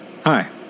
Hi